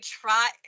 try